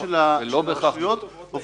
השאלות שהעלית הן שאלות חשובות.